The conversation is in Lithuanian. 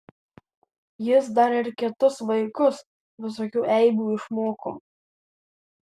jis dar ir kitus vaikus visokių eibių išmoko